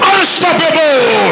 Unstoppable